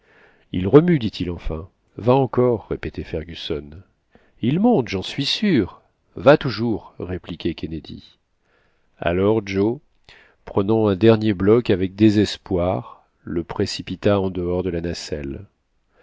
il remue dit-il enfin va encore répétait fergusson il monte j'en suis sûr va toujours répliquait kennedy alors joe prenant un dernier bloc avec désespoir le précipita en dehors de la nacelle